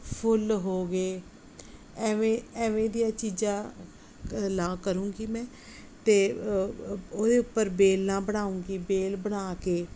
ਫੁੱਲ ਹੋ ਗਏ ਐਵੇਂ ਐਵੇਂ ਦੀਆਂ ਚੀਜ਼ਾਂ ਕ ਲਾ ਕਰੂੰਗੀ ਮੈਂ ਅਤੇ ਉਹਦੇ ਉੱਪਰ ਵੇਲਾਂ ਬਣਾਉਂਗੀ ਵੇਲ ਬਣਾ ਕੇ